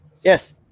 Yes